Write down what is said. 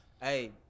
Hey